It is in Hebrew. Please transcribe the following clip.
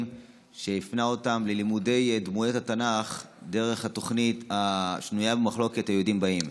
שהפנה אותם ללימוד דמויות התנ"ך דרך התוכנית השנויה במחלוקת היהודים באים.